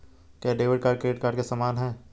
क्या debit card credit card के समान है?